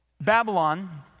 Babylon